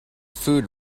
food